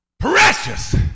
Precious